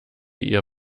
ihr